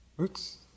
Oops